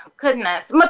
goodness